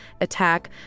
attack